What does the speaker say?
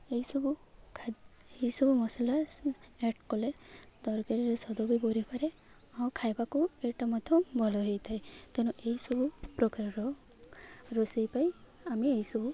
ଏହିସବୁ ଏହିସବୁ ମସଲା ଆଡ଼୍ କଲେ ତରକାରୀରେ ସ୍ଵାଦ ବି ବଢ଼ିପାରେ ଆଉ ଖାଇବାକୁ ଏଇଟା ମଧ୍ୟ ଭଲ ହୋଇଥାଏ ତେଣୁ ଏହିସବୁ ପ୍ରକାରର ରୋଷେଇ ପାଇଁ ଆମେ ଏହିସବୁ